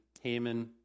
Haman